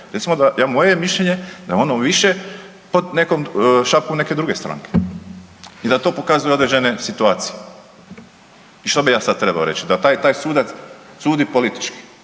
je mišljenje da je ono više pod nekog šapom neke druge stranke i da to pokazuju određene situacije. I što bi ja sad trebao reći? Da taj i taj sudac sudi politički?